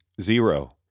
zero